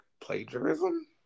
plagiarism